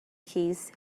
keys